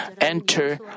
enter